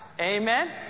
amen